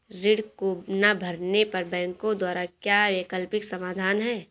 ऋण को ना भरने पर बैंकों द्वारा क्या वैकल्पिक समाधान हैं?